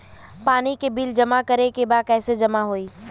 पानी के बिल जमा करे के बा कैसे जमा होई?